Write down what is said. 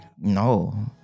no